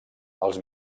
els